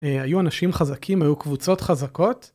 היו אנשים חזקים, היו קבוצות חזקות.